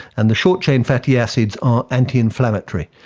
and the short chain fatty acids are anti-inflammatory.